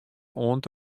oant